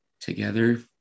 together